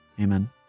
Amen